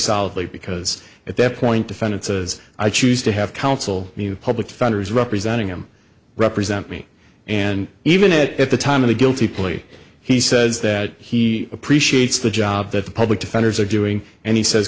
solidly because at that point defendants as i choose to have counsel public defenders representing him represent me and even it at the time of the guilty plea he says that he appreciates the job that the public defenders are doing and he says